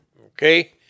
okay